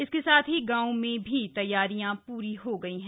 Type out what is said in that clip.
इसके साथ ही गांवों में भी तथारियां प्री हो गई हैं